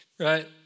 right